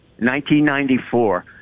1994